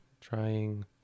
Trying